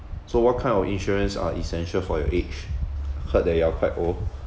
so what kind of insurance are essential for your age I heard that you are quite old